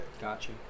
Gotcha